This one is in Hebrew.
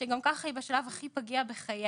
שגם ככה היא בשלב הכי פגיע בחייה.